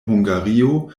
hungario